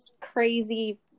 crazy